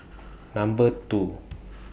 Number two